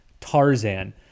Tarzan